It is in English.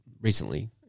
recently